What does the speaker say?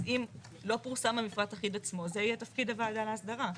אז אם לא פורסם המפרט אחיד עצמו זה יהיה תפקיד הוועדה להסדרה.